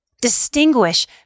Distinguish